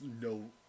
no